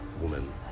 woman